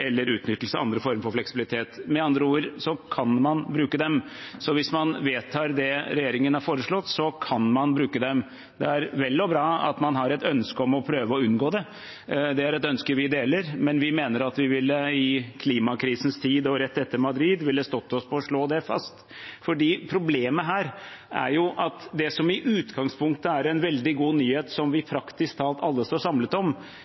utnyttelse av andre former for fleksibilitet. Med andre ord kan man bruke dem, så hvis man vedtar det regjeringen har foreslått, kan man bruke dem. Det er vel og bra at man har et ønske om å prøve å unngå det. Det er et ønske vi deler, men vi mener at vi i klimakrisens tid og rett etter Madrid ville stått oss på å slå det fast. Problemet her er jo at det som i utgangspunktet er en veldig god nyhet som vi praktisk talt alle står samlet om,